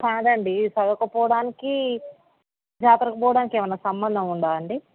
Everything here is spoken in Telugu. కాదండి చదవకపోవడానికి జాతరకు పోవడానికి ఏమన్న సంబంధం ఉందా అండి